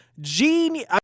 Genius